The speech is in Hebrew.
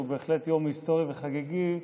שהוא בהחלט יום היסטורי וחגיגי,